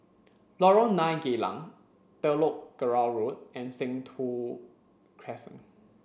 Lorong nine Geylang Telok Kurau Road and Sentul Crescent